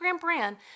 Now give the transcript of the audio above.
brand